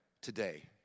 today